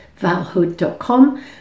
valhood.com